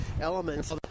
elements